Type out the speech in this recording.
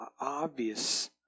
obvious